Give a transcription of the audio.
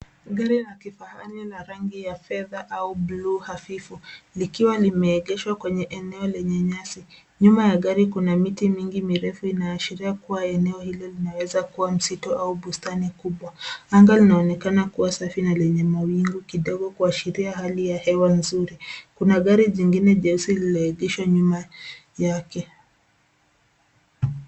Gari la kifahari la rangi ya fedha au blue hafifu, likiwa limeegeshwa kwenye eneo lenye nyasi. Nyuma ya gari kuna miti mingi mirefu inayoashiria kuwa eneo hili lina weza kuwa msitu au bustani kubwa. Anga linaonekana kuwa safi na lenye mawingu kidogo, kuashiria hali ya hewa nzuri. Kuna gari jingine jeusi lililoegeshwa nyuma yake.